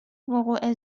وقوع